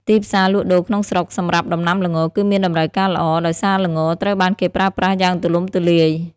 ទីផ្សារលក់ដូរក្នុងស្រុក សម្រាប់ដំណាំល្ងរគឺមានតម្រូវការល្អ ដោយសារល្ងត្រូវបានគេប្រើប្រាស់យ៉ាងទូលំទូលាយ។